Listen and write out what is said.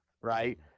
right